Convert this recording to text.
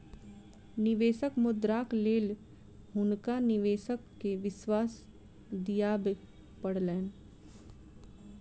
निवेशक मुद्राक लेल हुनका निवेशक के विश्वास दिआबय पड़लैन